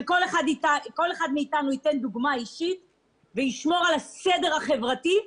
שכל אחד מאיתנו ייתן דוגמה אישית וישמור על הסדר החברתי,